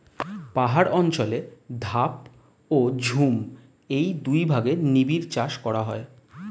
পাহাড় অঞ্চলে ধাপ ও ঝুম এই দুই ভাগে নিবিড় চাষ করা হয়